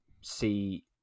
see